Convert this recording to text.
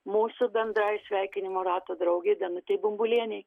mūsų bendrai sveikinimo rato draugei danutei bumbulienei